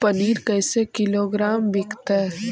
पनिर कैसे किलोग्राम विकतै?